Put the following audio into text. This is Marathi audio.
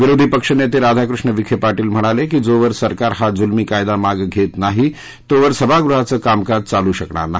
विरोधी पक्ष नेते राधाकृष्ण विखे पाटील म्हणाले की जोवर सरकार हा जुलूमी कायदा मागं घेत नाही तोवर सभागृहाचं कामकाज चालू शकणार नाही